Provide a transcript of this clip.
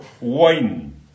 wine